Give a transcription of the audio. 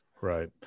Right